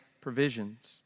provisions